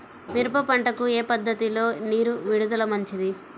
మిరప పంటకు ఏ పద్ధతిలో నీరు విడుదల మంచిది?